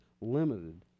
limited